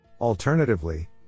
Alternatively